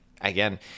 again